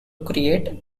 create